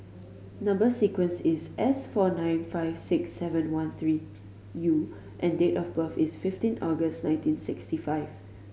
number sequence is S four nine five six seven one three U and the date of birth is fifteen August nineteen sixty five